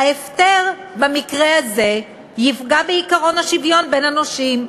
ההפטר במקרה הזה יפגע בעקרון השוויון בין הנושים.